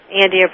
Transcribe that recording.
Andy